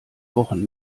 wochen